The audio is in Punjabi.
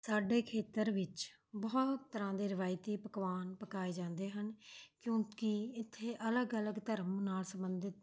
ਸਾਡੇ ਖੇਤਰ ਵਿੱਚ ਬਹੁਤ ਤਰ੍ਹਾਂ ਦੇ ਰਿਵਾਇਤੀ ਪਕਵਾਨ ਪਕਾਏ ਜਾਂਦੇ ਹਨ ਕਿਉਂਕਿ ਇੱਥੇ ਅਲੱਗ ਅਲੱਗ ਧਰਮ ਨਾਲ਼ ਸੰਬੰਧਿਤ